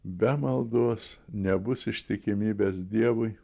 be maldos nebus ištikimybės dievui